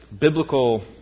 biblical